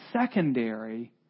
secondary